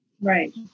Right